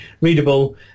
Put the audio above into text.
Readable